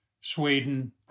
Sweden